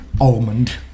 Almond